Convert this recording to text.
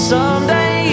Someday